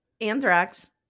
Anthrax